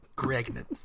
Pregnant